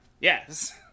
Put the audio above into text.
Yes